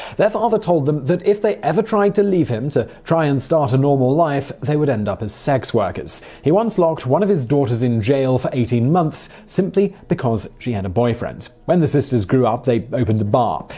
father told them that if they ever tried to leave him to try and start a normal life, they would end up as sex workers. he once locked one of his daughters in jail for eighteen months simply because she had a boyfriend. when the sisters grew up, they opened a bar.